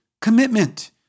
commitment